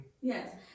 Yes